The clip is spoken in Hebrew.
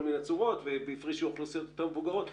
מיני צורות והפרישו אוכלוסיות יותר מבוגרות,